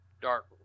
dark